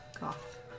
Goth